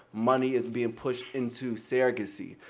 money is being pushed into surrogacy.